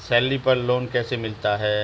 Salary पर loan कैसे मिलता है?